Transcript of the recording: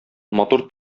матур